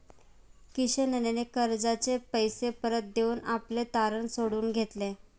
किशनने कर्जाचे पैसे परत देऊन आपले तारण सोडवून घेतले